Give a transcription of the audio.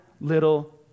little